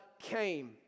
came